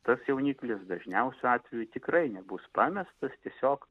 tas jauniklis dažniausiu atveju tikrai nebus pamestas tiesiog